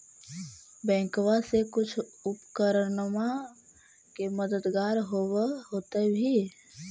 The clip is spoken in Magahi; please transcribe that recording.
बैंकबा से कुछ उपकरणमा के मददगार होब होतै भी?